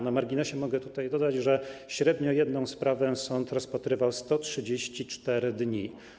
Na marginesie mogę dodać, że średnio jedną sprawę sąd rozpatrywał 134 dni.